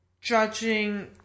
judging